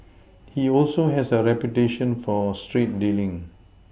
he also has a reputation for straight dealing